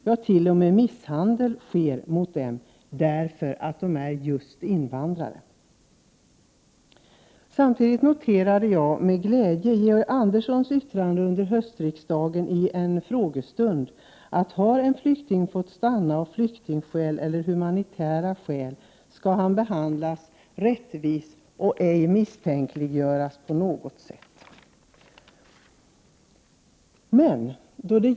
Ja, dessa människor misshandlas t.o.m. därför att de är just invandrare. Med glädje har jag noterat ett yttrande som Georg Andersson fällde vid en frågestund i höstas. Han sade då: Har en flykting fått stanna av flyktingskäl eller av humanitära skäl, skall han behandlas rättvist och ej misstänkliggöras på något sätt.